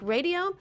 Radio